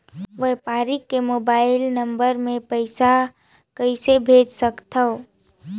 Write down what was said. व्यापारी के mobile number मे पईसा कइसे भेज सकथव?